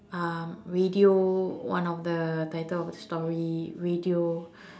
um radio one of the title of the story radio